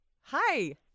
Hi